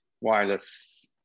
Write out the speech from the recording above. wireless